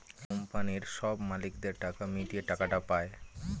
কোম্পানির সব মালিকদের টাকা মিটিয়ে টাকাটা পায়